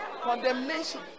condemnation